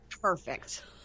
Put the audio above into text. Perfect